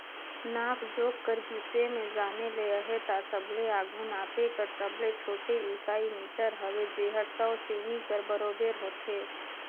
नाप जोख कर बिसे में जाने ले अहे ता सबले आघु नापे कर सबले छोटे इकाई मीटर हवे जेहर सौ सेमी कर बराबेर होथे